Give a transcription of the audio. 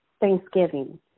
Thanksgiving